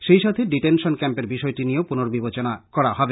সেই সাথে ডিটেশন ক্যাম্পের বিষয়টি নিয়েও পূর্নবিবেচনা করা হবে